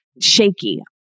shaky